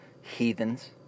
Heathens